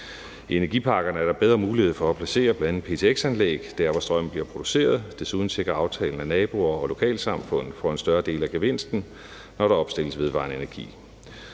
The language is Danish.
I energiparkerne er der bedre mulighed for at placere bl.a. ptx-anlæg der, hvor strømmen bliver produceret. Desuden sikrer aftalen, at naboer og lokalsamfund får en større del af gevinsten, når der opsættes vedvarende energi.